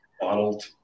bottled